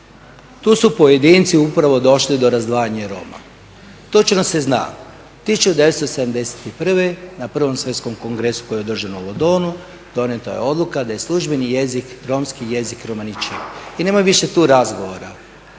tu su pojedinci upravo došli do razdvajanja Roma. Točno se zna 1971. na prvom svjetskom kongresu koji je održan u Londonu donijeta je odluka da je službeni jezik, romski jezik Romanići i nema više tu razgovora.